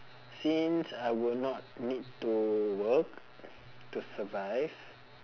since I will not need to work to survive